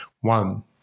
one